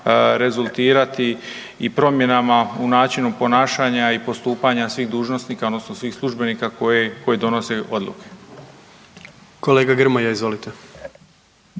rezultirati i promjenama u načinu ponašanja i postupanja svih dužnosnika odnosno svih službenika koji donose odluke. **Jandroković,